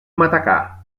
matacà